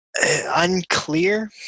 Unclear